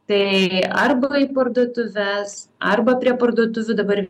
tai arba į parduotuves arba prie parduotuvių dabar